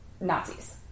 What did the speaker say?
Nazis